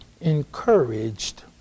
encouraged